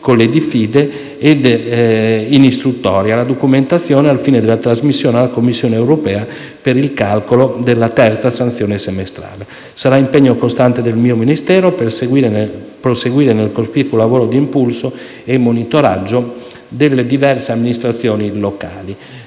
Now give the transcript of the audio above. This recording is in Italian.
tutto ciò si raccoglie la documentazione, al fine della trasmissione alla Commissione europea per il calcolo della terza sanzione semestrale. Sarà impegno del mio Ministero proseguire nel cospicuo lavoro di impulso e monitoraggio delle diverse amministrazioni locali.